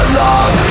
love